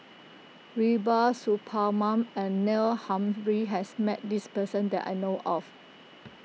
Rubiah Suparman and Neil Humphreys has met this person that I know of